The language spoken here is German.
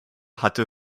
hatte